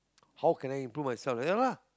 how can I improve myself like that lah